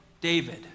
David